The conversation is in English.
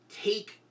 take